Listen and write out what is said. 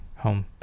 home